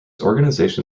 organization